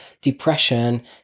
depression